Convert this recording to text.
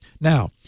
now